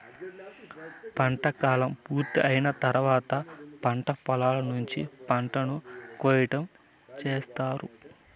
పంట కాలం పూర్తి అయిన తర్వాత పంట పొలాల నుంచి పంటను కోయటం చేత్తారు